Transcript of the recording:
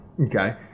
Okay